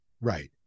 right